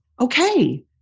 okay